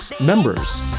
members